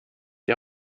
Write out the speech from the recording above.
die